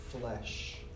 flesh